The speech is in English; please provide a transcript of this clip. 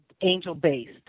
angel-based